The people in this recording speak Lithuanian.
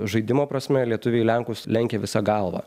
žaidimo prasme lietuviai lenkus lenkia visa galva